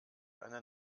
eine